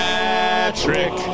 Patrick